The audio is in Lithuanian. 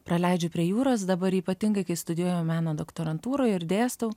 praleidžiu prie jūros dabar ypatingai kai studijuoju meno doktorantūroj ir dėstau